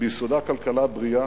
ביסודה, הכלכלה בריאה,